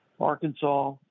Arkansas